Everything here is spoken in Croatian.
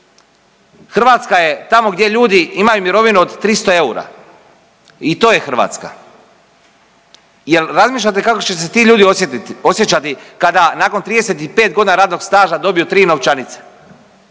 Hrvatska je tamo gdje ljudi imaju mirovinu od 300 eura i to je Hrvatska. Jel razmišljate kako će se ti ljudi osjetiti, osjećati kada nakon 35 godina radnog staža dobiju 3 novčanice?